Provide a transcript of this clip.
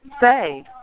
say